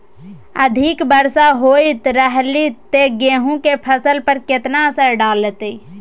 अधिक वर्षा होयत रहलनि ते गेहूँ के फसल पर केतना असर डालतै?